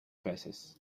peces